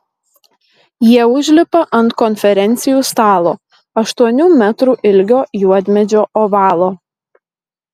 jie užlipa ant konferencijų stalo aštuonių metrų ilgio juodmedžio ovalo